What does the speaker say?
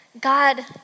God